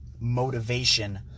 motivation